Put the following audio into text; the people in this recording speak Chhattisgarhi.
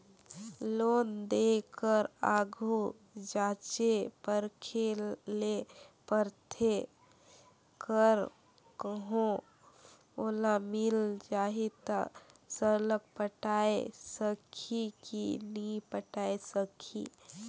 लोन देय कर आघु जांचे परखे ले परथे कर कहों ओला मिल जाही ता सरलग पटाए सकही कि नी पटाए सकही